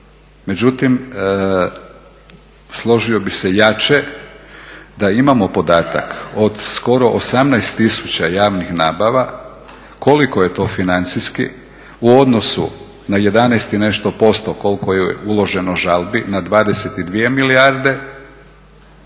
Međutim, složio bih se jače da imamo podatak od skoro 18 tisuća javnih nabava koliko je to financijski u odnosu na 11 i nešto posto koliko je uloženo žalbi na 22 milijarde.